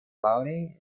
claudio